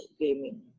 gaming